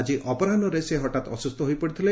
ଆଜି ଅପରାହ୍ବରେ ସେ ହଠାତ ଅସୁସ୍ଛ ହୋଇପଡିଥିଲେ